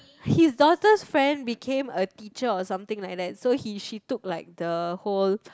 his daughter's friend became a teacher or something like that so he she took like the whole